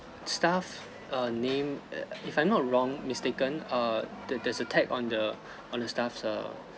staff err name uh if I'm not wrong mistaken err there there's a tag on the on the staffs err